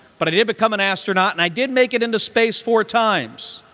but i did become an astronaut and i did make it into space four times.